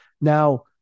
Now